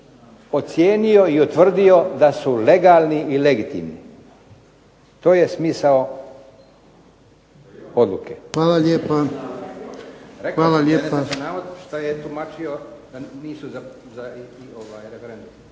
ocijenio i utvrdio da su legalni i legitimni. To je smisao odluke. **Jarnjak, Ivan